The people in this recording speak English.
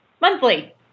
monthly